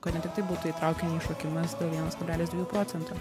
kad ne tiktai būtų į traukinį įšokimas dėl vienas kablelis dviejų procentų